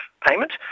payment